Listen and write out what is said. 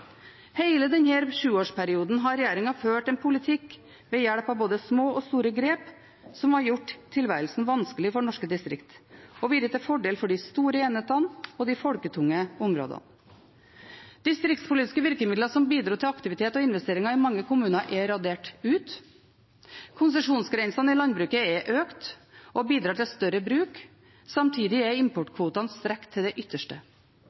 Hele denne sjuårsperioden har regjeringen ført en politikk ved hjelp av både små og store grep som har gjort tilværelsen vanskelig for norske distrikter og vært til fordel for de store enhetene og de folketunge områdene. Distriktspolitiske virkemidler som bidro til aktivitet og investeringer i mange kommuner, er radert ut. Konsesjonsgrensene i landbruket er økt og bidrar til større bruk. Samtidig er importkvotene strukket til det ytterste.